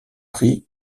prix